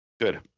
Good